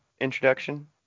introduction